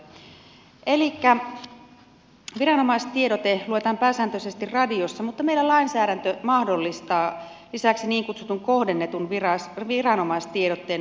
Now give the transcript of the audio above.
elikkä viranomaistiedote luetaan pääsääntöisesti radiossa mutta meillä lainsäädäntö mahdollistaa lisäksi niin kutsutun kohdennetun viranomaistiedotteen eli tekstiviestin